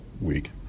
week